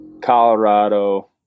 Colorado